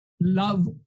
love